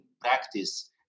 practice